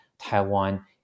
Taiwan